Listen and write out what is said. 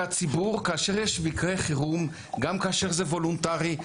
כאשר יש מקרה חירום הציבור נענה גם כאשר זה וולונטרי.